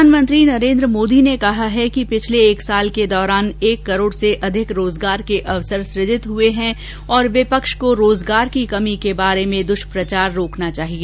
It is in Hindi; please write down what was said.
प्रधानमंत्री नरेंद्र मोदी ने कहा है कि पिछले एक वर्ष के दौरान एक करोड़ से अधिक रोजगार के अवसर सुजित हुए हैं और विपक्ष को रोजगार की कमी के बारे में दुष्प्रचार रोकना चाहिए